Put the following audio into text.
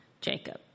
Jacob